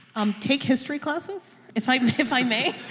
um take history classes, if i if i may.